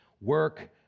work